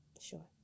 Sure